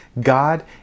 God